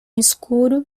escuro